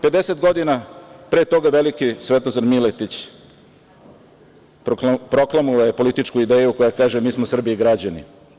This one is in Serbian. Pedeset godina pre toga veliki Svetozar Miletić proklamovao je političku ideju koja kaže – mi smo Srbi i građani.